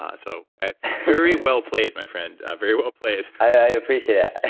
um so ah very well played, my friend. ah very well played i appreciate it.